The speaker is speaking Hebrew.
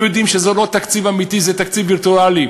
הם יודעים שזה לא תקציב אמיתי, זה תקציב וירטואלי,